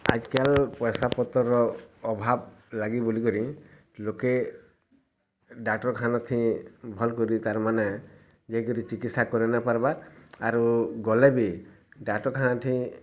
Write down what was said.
ଆଜ କାଲ୍ ପଇସା ପତର ଅଭାବ ଲାଗି ବୋଲି କରି ଲୋକେ ଡାକ୍ତରଖାନା ଠି ଭଲ କରି ତା'ରମାନେ ଯାଇ କରି ଚିକିତ୍ସା କରି ନ ପାରବାର୍ ଆରୁ ଗଲେ ବି ଡାକ୍ତରଖାନା ଠି